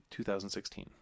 2016